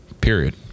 Period